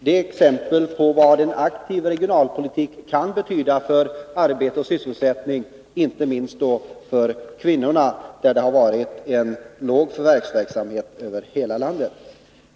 Det är ett exempel på vad en aktiv regionalpolitik kan betyda för arbete och sysselsättning, inte minst för kvinnorna som har haft en låg förvärvsverksamhet över hela landet.